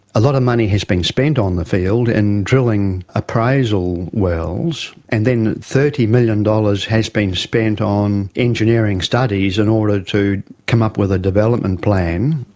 a lot of money has been spent on the field and drilling appraisal wells. and then thirty million dollars has been spent on engineering studies in order to come up with a development plan,